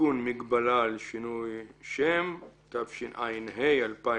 (תיקון מגבלה על שינוי שם), התשע"ה-2015,